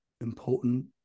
important